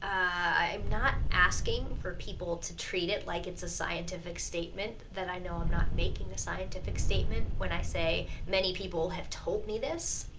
i'm not asking for people to treat it like it's a scientific statement, that i know i'm not making a scientific statement when i say many people have told me this.